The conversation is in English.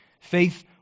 Faith